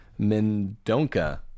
Mendonca